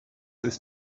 ist